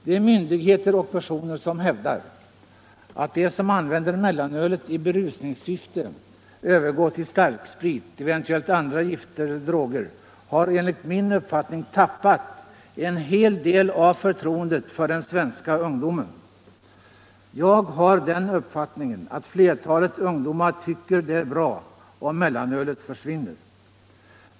De myndigheter och personer som hävdar att sådana som använder mellanölet i berusningssyfte övergår till starksprit eller eventuellt andra gifter och droger har enligt min mening tappat en hel del av förtroendet för den svenska ungdomen. Jag har den uppfattningen att flertalet ungdomar tycker det är bra om mellanölet försvinner.